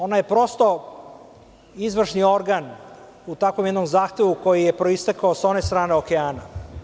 Ona je prosto izvršni organ u takvom jednom zahtevu koji je proistekao sa one strane okeana.